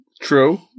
True